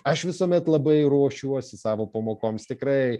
aš visuomet labai ruošiuosi savo pamokoms tikrai